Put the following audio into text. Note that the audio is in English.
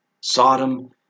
Sodom